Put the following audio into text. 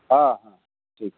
हाँ हाँ ठीक है